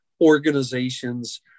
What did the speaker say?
organizations